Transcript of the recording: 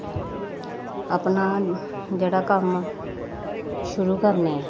अपना जेह्ड़ा कम्म शुरु करने आं